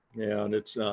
and it's,